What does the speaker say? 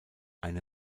eine